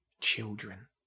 children